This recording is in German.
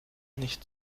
nicht